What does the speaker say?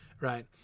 right